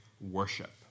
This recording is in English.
worship